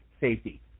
safety